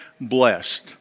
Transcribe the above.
blessed